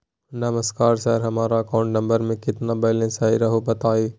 नमस्कार सर हमरा account number में कितना बैलेंस हेई राहुर बताई?